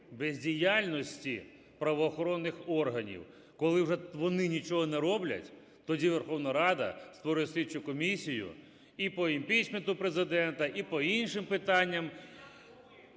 бездіяльності правоохоронних органів. Коли вже вони нічого не роблять, тоді Верховна Рада створює слідчу комісію і по імпічменту Президента, і по іншим питанням.